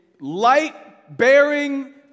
light-bearing